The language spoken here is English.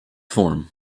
form